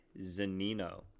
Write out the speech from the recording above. Zanino